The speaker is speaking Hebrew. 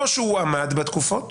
או שהוא עמד בתקופות